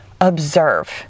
observe